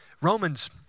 Romans